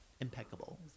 Impeccable